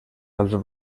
als